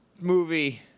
movie